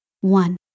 One